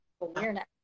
awareness